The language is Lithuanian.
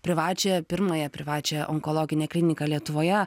privačią pirmąją privačią onkologinę kliniką lietuvoje